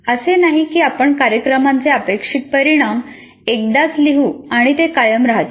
असे नाही की आपण कार्यक्रमाचे अपेक्षित परिणाम एकदाच लिहू आणि ते कायम राहतील